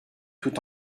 tout